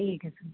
ਠੀਕ ਹੈ ਸਰ